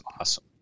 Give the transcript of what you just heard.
awesome